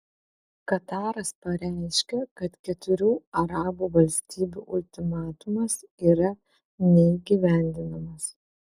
kataras pareiškė kad keturių arabų valstybių ultimatumas yra neįgyvendinamas